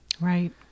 Right